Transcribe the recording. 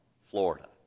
Florida